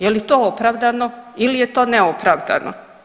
Je li je to opravdano ili je to neopravdano?